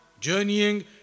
journeying